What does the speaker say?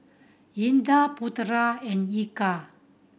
Indah Putera and Eka